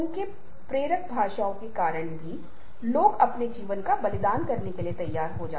तो आप देखते हैं कि यह विभिन्न भावनाओं के सांस्कृतिक विनियमन और उनके प्रदर्शन के तरीके को विनियमित किया जाता है